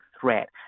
threat